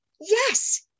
yes